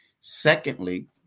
Secondly